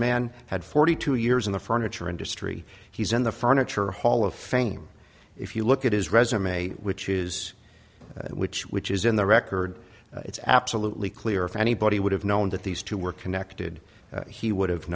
man had forty two years in the furniture industry he's in the furniture hall of fame if you look at his resume which is which which is in the record it's absolutely clear if anybody would have known that these two were connected he would